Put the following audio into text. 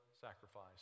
sacrifice